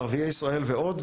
ערביי ישראל ועוד,